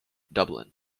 dublin